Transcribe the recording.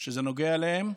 שזה נוגע להם,